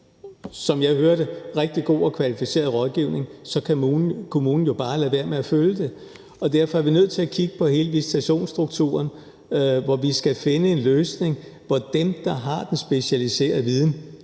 som jeg hører det, rigtig god og kvalificeret rådgivning, så kan kommunen jo bare lade være med at følge den. Og derfor er vi nødt til at kigge på hele visitationsstrukturen, hvor vi skal finde en løsning, hvor dem, der har den specialiserede viden,